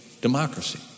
democracy